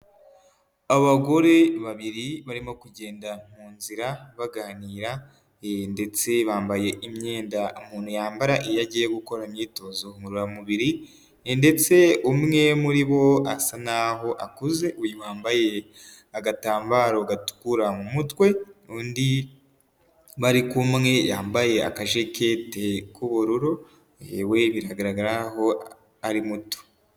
Abagore babiri barimo kugenda mu nzira baganira ndetse bambaye imyenda umuntu yambara iyo agiye gukora imyitozo ngororamubiri ndetse umwe muri bo asa n'aho akuze, uyu wambaye agatambaro gatukura mu mutwe, undi bari kumwe wambaye akajakete k'ubururu we biragaragara nk'aho ari muto.